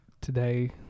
today